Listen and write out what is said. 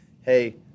hey